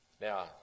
Now